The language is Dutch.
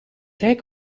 hek